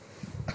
okay